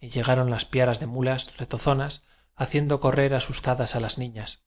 y llegaron las piaras de muías retozonas haciendo correr asustadas a las niñas